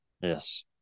Yes